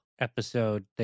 episode